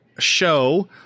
Show